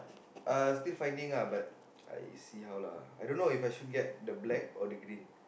uh still finding lah but I see how lah I don't know if I should get the black or the green